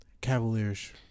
Cavaliers